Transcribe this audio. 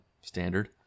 standard